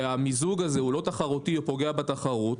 שהמיזוג הזה הוא לא תחרותי או פוגע בתחרות,